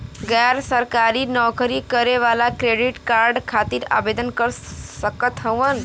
गैर सरकारी नौकरी करें वाला क्रेडिट कार्ड खातिर आवेदन कर सकत हवन?